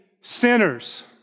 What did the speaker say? sinners